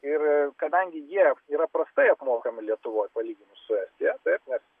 ir kadangi jie yra prastai apmokami lietuvoj palyginus su estija taip nes